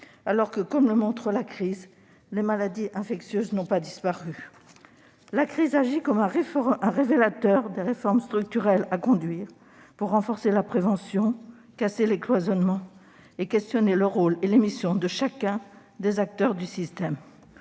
alors que, comme le montre la crise actuelle, les maladies infectieuses n'ont pas disparu. Cette crise agit comme un révélateur des réformes structurelles à conduire pour renforcer la prévention, pour casser les cloisonnements et pour questionner le rôle et les missions de chacun des acteurs du système.